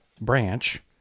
branch